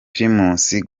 primus